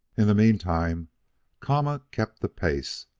in the meantime kama kept the pace,